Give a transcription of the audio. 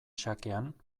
xakean